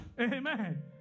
Amen